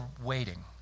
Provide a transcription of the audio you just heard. waiting